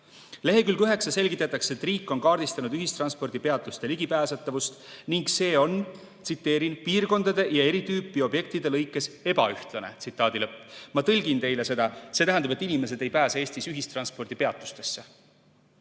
üheksa selgitatakse, et riik on kaardistanud ühistranspordi peatuste ligipääsetavust ning see on "piirkondade ja eri tüüpi objektide lõikes ebaühtlane". Ma tõlgin teile, see tähendab seda, et inimesed ei pääse Eestis ühistranspordi peatustesse.